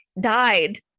died